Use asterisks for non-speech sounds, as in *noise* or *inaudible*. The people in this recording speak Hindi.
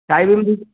टाइल *unintelligible*